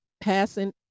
passing